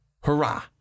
hurrah